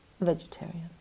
Vegetarian